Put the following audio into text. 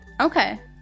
Okay